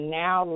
now